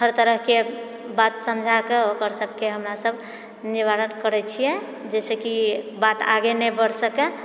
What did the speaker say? हर तरहकेँ बात समझाके ओकरा सबके हमरा सब निवारण करैत छिए जेहिसँ कि बात आगे नहि बढ़ि सकै